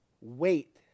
Wait